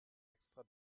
extra